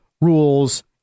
rules